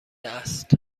است